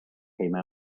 came